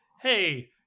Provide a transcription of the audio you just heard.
Hey